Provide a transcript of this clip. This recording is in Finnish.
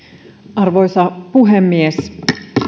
arvoisa puhemies